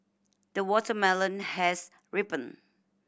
the watermelon has ripened